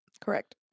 Correct